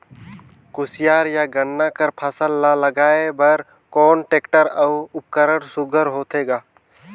कोशियार या गन्ना कर फसल ल लगाय बर कोन टेक्टर अउ उपकरण सुघ्घर होथे ग?